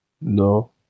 No